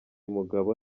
umugabo